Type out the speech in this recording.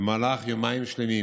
במהלך יומיים שלמים,